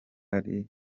ari